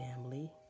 family